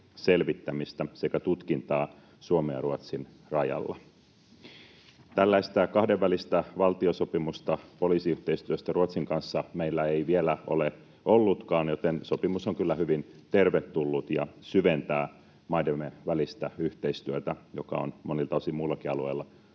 selvittämistä sekä tutkintaa Suomen ja Ruotsin rajalla. Tällaista kahdenvälistä valtiosopimusta poliisiyhteistyöstä Ruotsin kanssa meillä ei vielä ole ollutkaan, joten sopimus on kyllä hyvin tervetullut ja syventää maidemme välistä yhteistyötä, joka on monilta osin muillakin alueilla